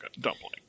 dumpling